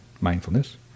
mindfulness